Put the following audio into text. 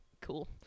Cool